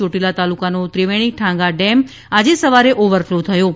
યોટીલા તાલુકાનો ત્રિવેણી ઠાંગા ડેમ આજે સવારે ઓવરફ્લો થયો છે